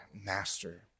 master